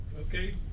Okay